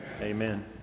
amen